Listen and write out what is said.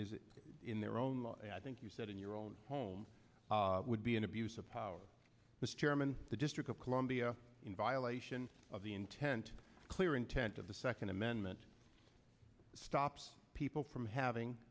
that in their own law i think you said in your own home would be an abuse of power mr chairman the district of columbia in violation of the intent clear intent of the second amendment stops people from having